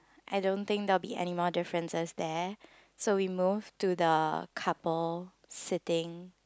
I don't think there will be anymore differences there so we move to the couple sitting